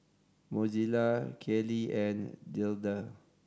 Mozella Kylie and Gerda